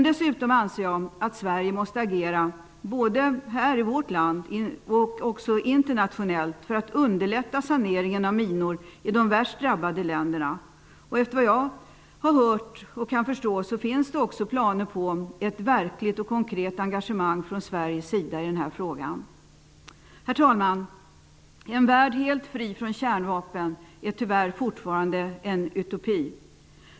Dessutom anser jag att den svenska regeringen måste agera både i Sverige och internationellt för att underlätta saneringen av minor i de värst drabbade länderna. Efter vad jag kan förstå finns planer på ett konkret engagemang från Sveriges sida i denna fråga. Herr talman! En värld helt fri från kärnvapen är tyvärr fortfarande en utopi.